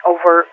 Over